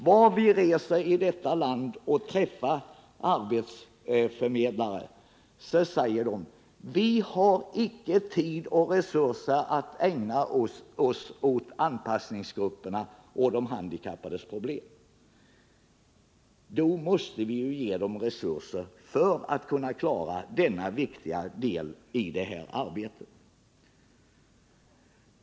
Var vi än reser i vårt land och träffar arbetsförmedlare så säger de: Vi har icke tid och resurser för att ägna oss åt anpassningsgrupperna och de handikappades problem. Därför måste samhället ge dem resurser för att klara denna viktiga del i deras arbete.